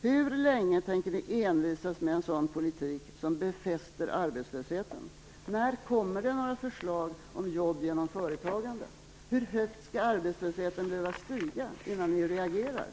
Hur länge tänker ni envisas med en sådan politik, som befäster arbetslösheten? När kommer det några förslag om jobb genom företagande? Hur högt skall arbetslösheten behöva stiga innan ni reagerar?